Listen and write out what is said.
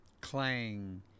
clang